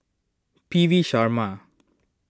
P V Sharma